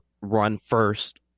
run-first